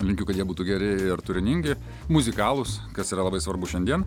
linkiu kad jie būtų geri ir turiningi muzikalūs kas yra labai svarbu šiandien